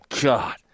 God